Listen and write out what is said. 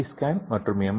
D scan மற்றும் M